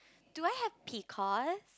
do I have